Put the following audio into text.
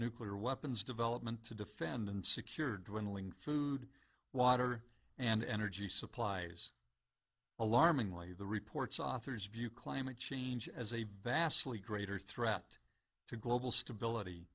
nuclear weapons development to defend and secured willing food water and energy supplies alarmingly the report's authors view climate change as a vastly greater threat to global stability